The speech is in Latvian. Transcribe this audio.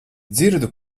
dzirdu